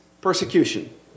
persecution